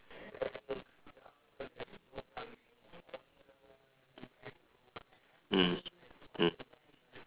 mm mm